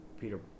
Peter